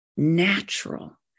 Natural